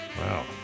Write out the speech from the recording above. Wow